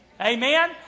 Amen